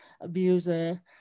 abuser